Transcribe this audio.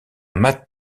marteau